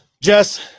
Jess